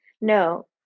no